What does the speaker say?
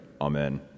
amen